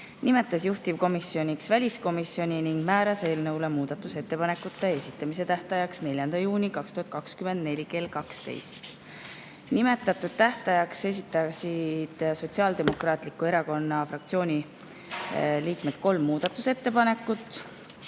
nimetas juhtivkomisjoniks väliskomisjoni ning määras eelnõu kohta muudatusettepanekute esitamise tähtajaks 4. juuni 2024 kell 12. Nimetatud tähtajaks esitasid Sotsiaaldemokraatliku Erakonna fraktsiooni liikmed kolm muudatusettepanekut.